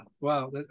wow